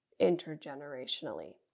intergenerationally